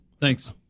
Thanks